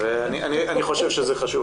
אני חושב שזה חשוב.